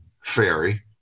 fairy